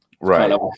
Right